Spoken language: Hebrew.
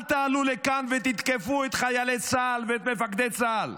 אל תעלו לכאן ותתקפו את חיילי צה"ל ואת מפקדי צה"ל.